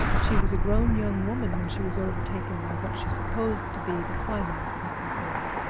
she was a grown young woman when she was overtaken by what she supposed to be the climax of her fate.